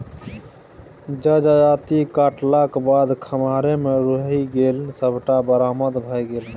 जजाति काटलाक बाद खम्हारे मे रहि गेल सभटा बरबाद भए गेलै